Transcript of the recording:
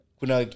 kuna